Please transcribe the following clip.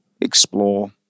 explore